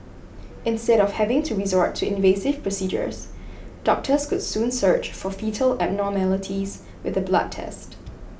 instead of having to resort to invasive procedures doctors could soon search for foetal abnormalities with a blood test